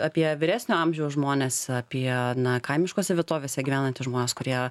apie vyresnio amžiaus žmones apie na kaimiškose vietovėse gyvenantys žmonės kurie